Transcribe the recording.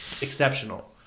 exceptional